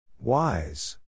Wise